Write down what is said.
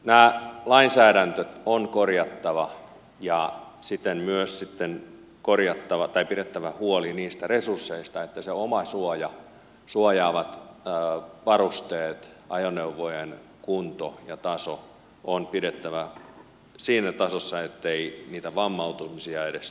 tämä lainsäädäntö on korjattava ja siten myös sitten pidettävä huoli niistä resursseista että se omasuoja suojaavat varusteet ajoneuvojen kunto ja taso on pidettävä siinä tasossa ettei niitä vammautumisia edes tulisi